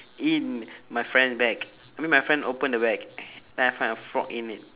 in my friend bag I mean my friend open the bag then I find a frog in it